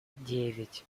девять